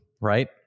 right